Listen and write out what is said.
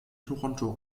toronto